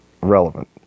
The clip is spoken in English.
relevant